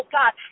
God